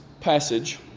passage